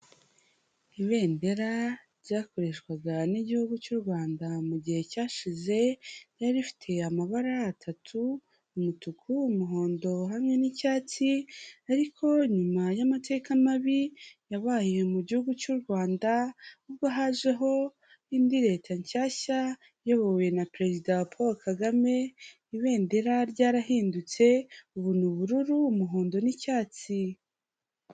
Ibendera ryakoreshwaga n'igihugu cy'u Rwanda mu gihe cyashize, ryari rifite amabara atatu, umutuku, umuhondo, hamwe n'icyatsi, ariko nyuma y'amateka mabi yabaye mu gihugu cy'u Rwanda, ubwo hajeho indi Leta nshyashya iyobowe na perezida Paul Kagame, ibendera ryarahindutse, ubu ni ubururu, umuhondo n'icyatsi.